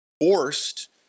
forced